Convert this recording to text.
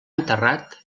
enterrat